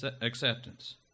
acceptance